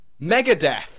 Megadeth